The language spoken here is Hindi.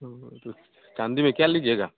ओ तो चाँदी में क्या लीजिएगा